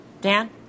Dan